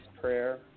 prayer